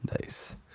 nice